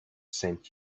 sent